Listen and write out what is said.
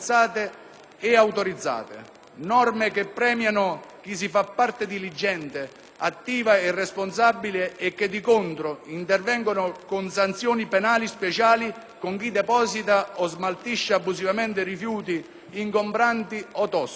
e autorizzate. Norme che premiano chi si fa parte diligente, attiva e responsabile e che, di contro, intervengono con sanzioni penali speciali con chi deposita o smaltisce abusivamente rifiuti ingombranti o tossici.